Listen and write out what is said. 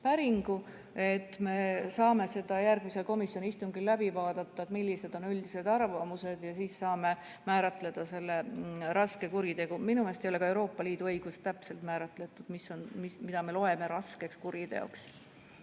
päringu. Me saame järgmisel komisjoni istungil läbi vaadata, millised on üldised arvamused, ja siis saame määratleda selle raske kuriteo. Minu meelest ei ole ka Euroopa Liidul õigust täpselt määratleda, mida me loeme raskeks kuriteoks.